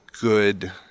good